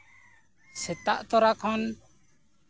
ᱥᱮᱛᱟᱜ ᱛᱚᱨᱟ ᱠᱷᱚᱱ